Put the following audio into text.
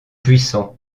puissant